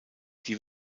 die